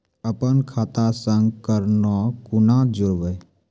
अपन खाता संग ककरो कूना जोडवै?